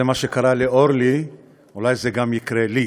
זה מה שקרה לאורלי, ואולי זה גם יקרה לי.